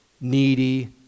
needy